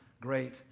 great